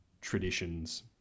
traditions